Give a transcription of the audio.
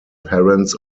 parents